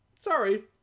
Sorry